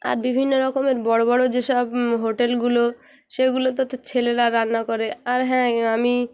আর বিভিন্ন রকমের বড় বড় যেসব হোটেলগুলো সেগুলোতে তো ছেলেরা রান্না করে আর হ্যাঁ আমি